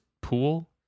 pool